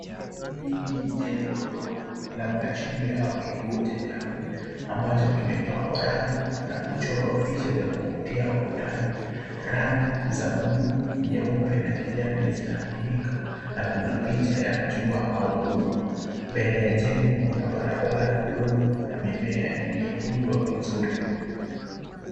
Hili ni jengo ndogo labda shule au kituo cha jamii ambacho kimepakwa rangi na kuchorwa picha za kuvutia ukutani. Rangi za bluu, nyeupe na kijani zinatumika na kuna picha ya jua au ua. Mbele ya jengo kuna barabara ndogo na mimea iliyotunzwa vizuri.